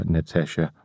Natasha